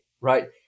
right